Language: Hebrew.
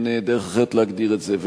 אין דרך אחרת להגדיר את זה.